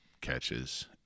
catches